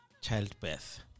childbirth